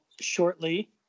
shortly